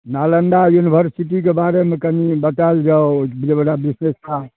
नालन्दा यूनिवर्सिटीके बारेमे कनी बतायल जाउ जायवला विशेषता